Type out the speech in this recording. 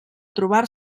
trobar